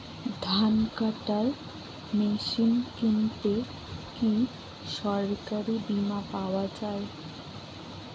ধান কাটার মেশিন কিনতে কি সরকারী বিমা পাওয়া যায়?